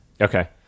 Okay